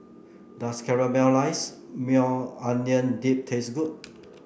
does Caramelized Maui Onion Dip taste good